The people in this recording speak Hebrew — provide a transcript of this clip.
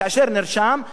כאשר אני נרשם,